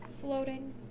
floating